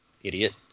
idiot